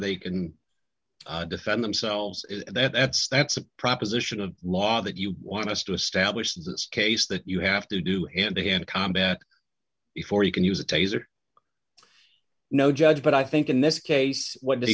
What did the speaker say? they can defend themselves and that's that's a proposition of law that you want us to establish this case that you have to do and began to combat before you can use a taser no judge but i think in this case what did he